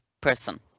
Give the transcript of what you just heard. person